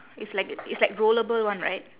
it's like it's like rollable one right